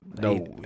No